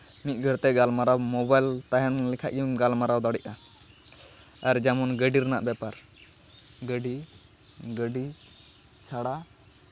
ᱢᱤᱫ ᱜᱷᱟᱹᱲᱤᱡᱽᱛᱮ ᱜᱟᱞᱢᱟᱨᱟᱣ ᱢᱳᱵᱟᱭᱤᱞ ᱛᱟᱦᱮᱱ ᱞᱮᱠᱷᱟᱡ ᱜᱮᱢ ᱜᱟᱞᱢᱟᱨᱟᱣ ᱫᱟᱲᱮᱜᱼᱟ ᱟᱨ ᱡᱮᱢᱚᱱ ᱜᱟᱹᱰᱤ ᱨᱮᱱᱟᱜ ᱵᱮᱯᱟᱨ ᱜᱟᱹᱰᱤ ᱜᱟᱹᱰᱤ ᱪᱷᱟᱲᱟ